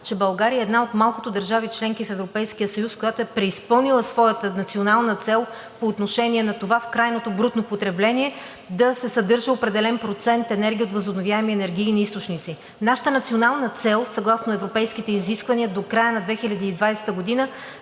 че България е една от малкото държави – членки в Европейския съюз, която е преизпълнила своята национална цел по отношение на това в крайното брутно потребление да се съдържа определен процент енергия от възобновяеми енергийни източници. Нашата национална цел съгласно европейските изисквания до края на 2020 г.